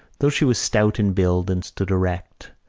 though she was stout in build and stood erect,